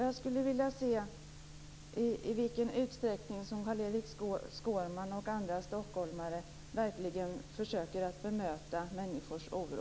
Jag skulle vilja se i vilken utsträckning som Carl-Erik Skårman och andra stockholmare verkligen försöker att bemöta människors oro.